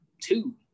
two